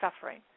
suffering